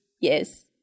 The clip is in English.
Yes